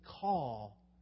call